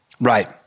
Right